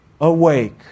awake